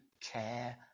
care